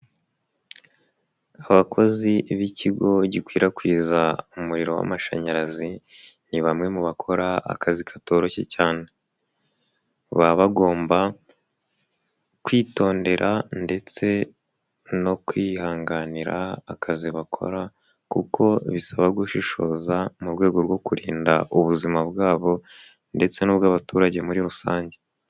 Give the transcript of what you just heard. Abakozi b'ikigo gikwirakwiza umuriro w'amashanyarazi ni bamwe mu bakora akazi katoroshye cyane, baba bagomba kwitondera ndetse no kwihanganira akazi bakora kuko bisaba gushishoza mu rwego rwo kurinda ubuzima bwabo ndetse n'ubw'abaturage muri rusange.